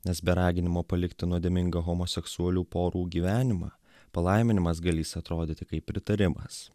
nes be raginimo palikti nuodėmingą homoseksualių porų gyvenimą palaiminimas galįs atrodyti kaip pritarimas